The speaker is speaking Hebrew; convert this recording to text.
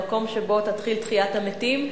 המקום שבו תתחיל תחיית המתים,